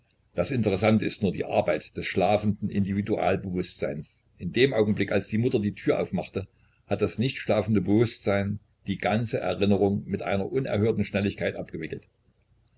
das interessante ist nur die arbeit des schlafenden individualbewußtseins in dem augenblick als die mutter die tür aufmachte hat das nicht schlafende bewußtsein die ganze erinnerung mit einer unerhörten schnelligkeit abgewickelt